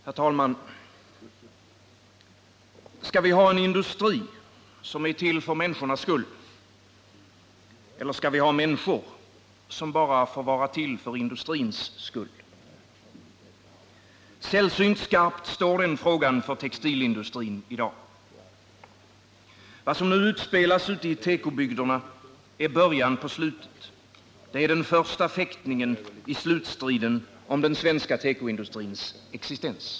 Herr talman! Skall vi ha en industri som är till för människornas skull —-eller skall vi ha människor som bara får vara till för industrins skull? Sällsynt skarpt står den frågan för textilindustrin i dag. Vad som nu utspelas ute i tekobygderna är början på slutet — det är den första fäktningen i slutstriden om den svenska tekoindustrins existens.